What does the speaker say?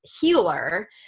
Healer